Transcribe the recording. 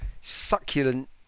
succulent